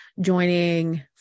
joining